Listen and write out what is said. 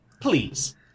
Please